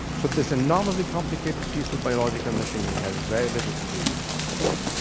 so this enormously complicated piece of biological machinery has very little to do with consciousness.